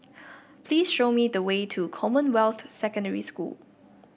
please show me the way to Commonwealth Secondary School